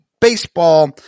Baseball